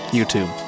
YouTube